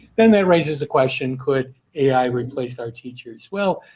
then that raises a question could ai replace our teachers. well,